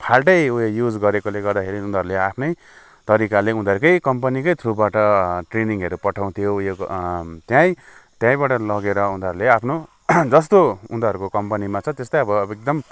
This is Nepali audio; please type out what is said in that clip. फाल्टै उयो युज गरेकोले गर्दाखेरि उनीहरूले आफ्नै तरिकाले उनीहरूकै कम्पनीकै थ्रुबाट ट्रेनिङहरू पठाउँथ्यो उयो त्यहीँ त्यहीँबाट लगेर उनीहरूले आफ्नो जस्तो उनीहरूको कम्पनीमा छ त्यस्तै आअब एकदम